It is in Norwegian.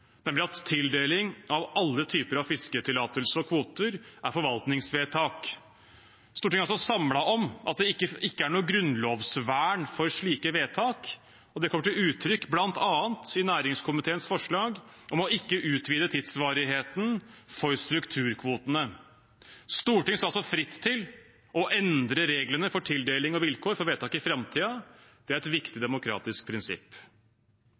tildeling av alle typer fisketillatelser og kvoter er forvaltningsvedtak. Stortinget er også samlet om at det ikke er noe grunnlovsvern for slike vedtak. Det kommer til uttrykk bl.a. i næringskomiteens forslag om ikke å utvide tidsvarigheten for strukturkvotene. Stortinget står altså fritt til å endre reglene for tildeling og vilkår for vedtak i framtiden. Det er et viktig demokratisk prinsipp.